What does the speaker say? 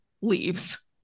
leaves